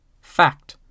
Fact